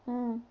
mm